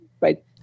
Right